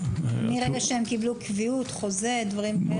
מרגע שהם קיבלו קביעות, חוזה, דברים כאלה?